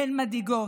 הן מדאיגות.